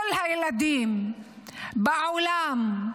כל הילדים בעולם,